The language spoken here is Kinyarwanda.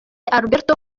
alberto